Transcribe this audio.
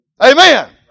Amen